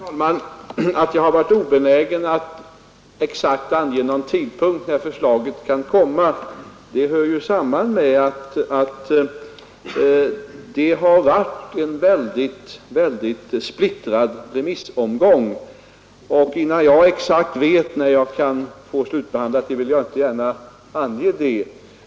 Herr talman! Det förhållandet att jag har varit obenägen att ange någon exakt tidpunkt för när förslaget kan komma att läggas fram hör samman med att det har varit en mycket splittrad remissomgång. Och innan jag exakt vet när jag kan ha materialet slutbehandlat vill jag inte gärna ange när förslaget kan läggas fram.